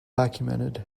documented